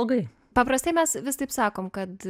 blogai paprastai mes vis taip sakome kad